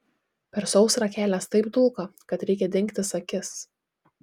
per sausrą kelias taip dulka kad reikia dengtis akis